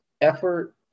effort